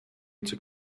took